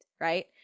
right